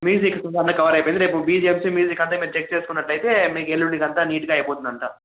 music అంత cover అయిపోయింది రేపు బిజిఎమ్స్ మ్యూజిక్ అంత మీరు చెక్ చేసుకున్నట్లైతే మేం ఎల్లుండికి అంత నీట్గా అయిపోతుంది అంత